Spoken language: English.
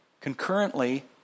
concurrently